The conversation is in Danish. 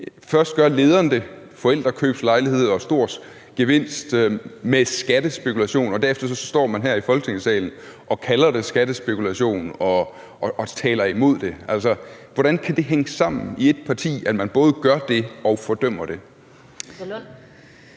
altså det med forældrekøbslejlighed og stor gevinst med skattespekulation, og derefter står man her i Folketingssalen og kalder det skattespekulation og taler imod det. Hvordan kan det hænge sammen i et parti, at man både gør det og fordømmer det?